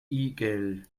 igel